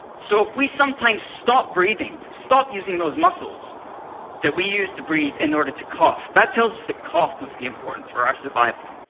so if we sometimes stop breathing, stop using those muscles that we use to breathe in order to cough, that tells us that cough must be important for our survival.